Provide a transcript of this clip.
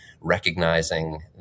recognizing